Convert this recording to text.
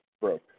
broke